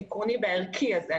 העקרוני והערכי הזה,